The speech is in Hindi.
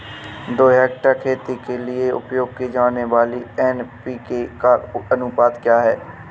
दो हेक्टेयर खेती के लिए उपयोग की जाने वाली एन.पी.के का अनुपात क्या है?